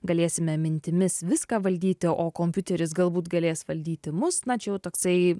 galėsime mintimis viską valdyti o kompiuteris galbūt galės valdyti mus na čia jau toksai